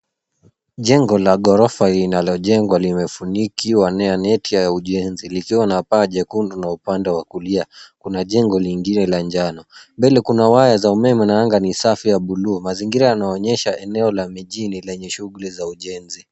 Jengo la ghorofa linalojengwa limefunikiwa neti ya ujenzi likiwa na paa jekundu na upande wa kulia kuna jengo lingine la njano. Mbele kuna waya za umeme na anga ni safi ya buluu. Mazingira yanaonyesha eneo la mijini lenye shughuli za ujenzi.